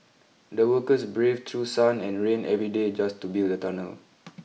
the workers braved through sun and rain every day just to build the tunnel